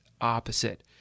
opposite